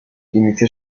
inició